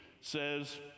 says